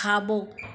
खाबो॒